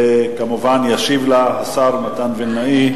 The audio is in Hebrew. כמובן, ישיב לה השר מתן וילנאי.